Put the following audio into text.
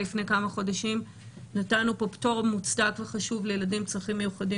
לפני כמה חודשים נתנו פה פטור מוצדק וחשוב לילדים עם צרכים מיוחדים